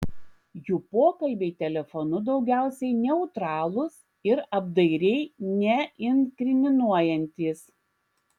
jų pokalbiai telefonu daugiausiai neutralūs ir apdairiai neinkriminuojantys